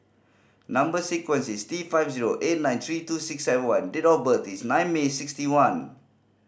number sequence is T five zero eight nine three two six and one date of birth is nine May sixty one